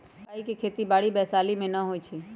काइ के खेति बाड़ी वैशाली में नऽ होइ छइ